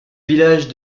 village